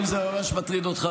חבר הכנסת כהן,